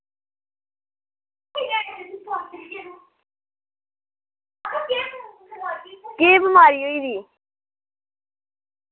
केह् बमारी होई गेदी